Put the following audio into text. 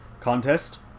contest